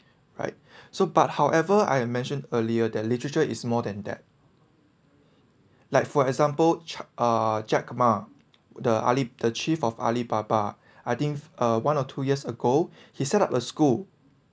right so but however I have mentioned earlier that literature is more than that like for example cha~ uh jack ma the ali~ the chief of alibaba I think uh one or two years ago he set up a school